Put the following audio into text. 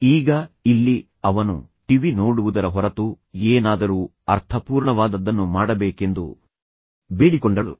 ಈಗ ಇಲ್ಲಿ ಅವನು ಟಿವಿ ನೋಡುವುದರ ಹೊರತು ಏನಾದರೂ ಅರ್ಥಪೂರ್ಣವಾದದ್ದನ್ನು ಮಾಡಬೇಕೆಂದು ಅವಳು ಒಂದು ಪರಿಹಾರವನ್ನು ಬೇಡಿಕೊಂಡಳು